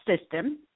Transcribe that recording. system